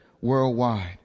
worldwide